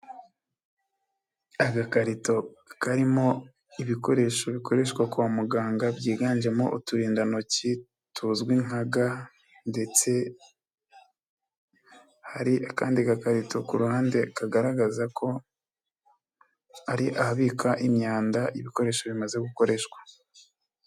Agakarito karimo ibikoresho bikoreshwa kwa muganga byiganjemo uturindantoki tuzwi nka ga ndetse hari akandi gakarito ku ruhande kagaragaza ko ari habikwa imyanda, ibikoresho bimaze gukoreshwa.